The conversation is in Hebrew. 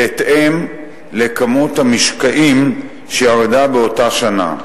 בהתאם לכמות המשקעים שירדה באותה שנה.